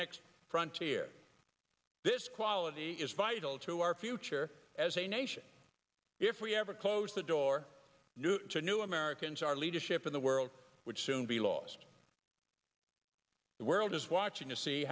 next frontier this quality is vital to our future as a nation if we ever close the door to new americans our leadership in the world would soon be lost going the world is watching to see